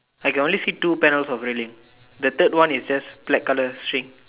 I can only see two panels of railing the third one is just black color string